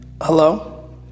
Hello